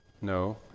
No